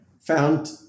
found